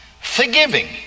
Forgiving